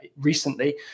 recently